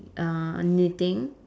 uh knitting